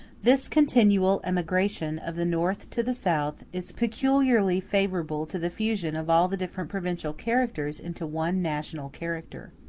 this continual emigration of the north to the south is peculiarly favorable to the fusion of all the different provincial characters into one national character.